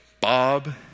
Bob